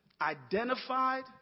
identified